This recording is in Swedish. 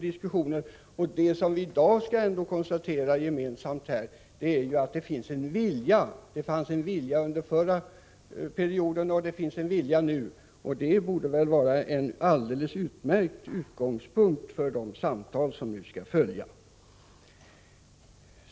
Diskussionen pågår, och vi kan i dag gemensamt konstatera att det finns en vilja att åstadkomma förändringar — liksom det gjorde under den förra perioden — och det borde väl vara en alldeles utmärkt utgångspunkt för de samtal som nu skall följa.